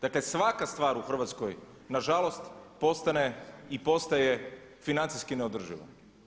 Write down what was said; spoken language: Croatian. Dakle svaka stvar u Hrvatskoj nažalost postane i postaje financijski neodrživa.